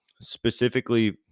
specifically